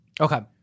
Okay